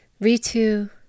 Ritu